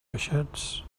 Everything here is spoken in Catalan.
peixets